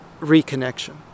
reconnection